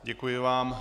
Děkuji vám.